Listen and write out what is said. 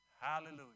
Hallelujah